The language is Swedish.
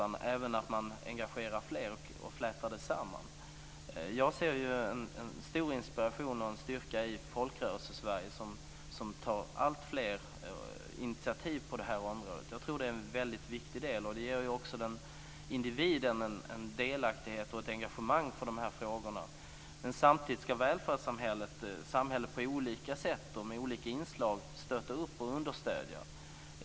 Man får även lov att engagera fler och fläta samman arbetet. Jag ser ju en stor inspiration och styrka i Folkrörelsesverige, där man tar alltfler initiativ på det här området. Jag tror att det är en väldigt viktig del, och det ger också individen en delaktighet och ett engagemang i de här frågorna. Samtidigt ska samhället på olika sätt och med olika inslag stötta och understödja.